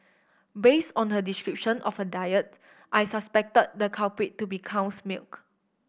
based on her description of her diet I suspected the culprit to be cow's milk